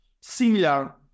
similar